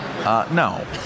No